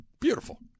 beautiful